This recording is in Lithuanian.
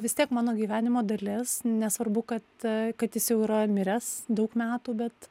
vis tiek mano gyvenimo dalis nesvarbu kad kad jis jau yra miręs daug metų bet